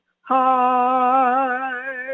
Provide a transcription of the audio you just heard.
high